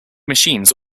machines